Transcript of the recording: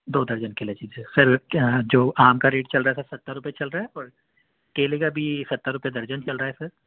دو درجن کیلے دیجیے سر جو آم کا ریٹ چل رہا ہے سر ستر روپیے چل رہا ہے اور کیلے کا بھی ستر روپیے درجن چل رہا ہے سر